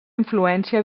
influència